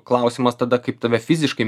klausimas tada kaip tave fiziškai